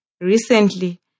Recently